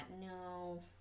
no